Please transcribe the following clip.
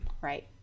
right